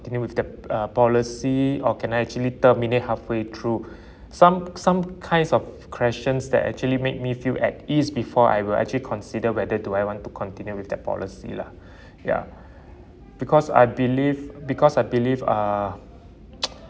continue with the uh policy or can I actually terminate halfway through some some kinds of questions that actually made me feel at ease before I will actually consider whether do I want to continue with their policy lah ya because I believe because I believe uh